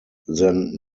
then